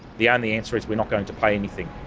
the only answer is we're not going to pay anything.